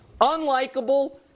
unlikable